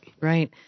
Right